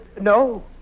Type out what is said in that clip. No